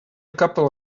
couple